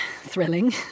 thrilling